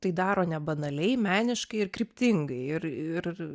tai daro nebanaliai meniškai ir kryptingai ir ir